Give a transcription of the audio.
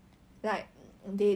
for love O two O